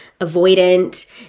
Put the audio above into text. avoidant